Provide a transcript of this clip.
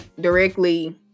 directly